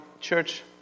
church